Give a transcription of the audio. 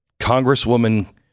Congresswoman